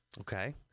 Okay